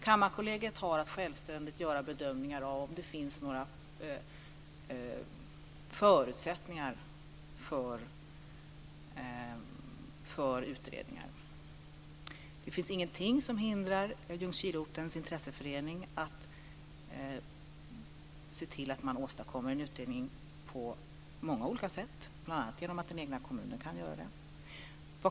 Kammarkollegiet har att självständigt göra bedömningar av huruvida det finns några förutsättningar för utredningar. Det finns ingenting som hindrar Ljungskileortens intresseförening att se till att man åstadkommer en utredning. Det kan göras på många olika sätt, bl.a. genom den egna kommunen.